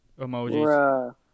emojis